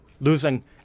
Losing